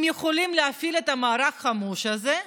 הם יכולים להפעיל את המערך החמוש הזה.